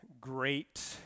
great